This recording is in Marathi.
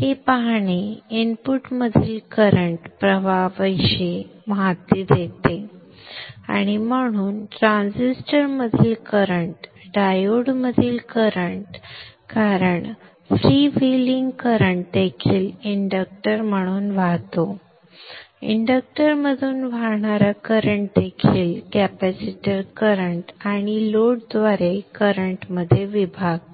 हे पाहणे इनपुटमधील करंट प्रवाहाविषयी माहिती देते आणि म्हणून ट्रान्झिस्टरमधील करंट डायोड मधील करंट कारण फ्रीव्हीलिंग करंट देखील इंडक्टरमधून वाहतो इंडक्टरमधून वाहणारा करंट देखील कॅपेसिटर करंट आणि लोडद्वारे करंट मध्ये विभागतो